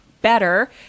better